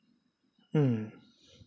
mm